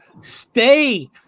stay